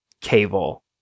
cable